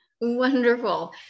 Wonderful